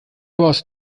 boss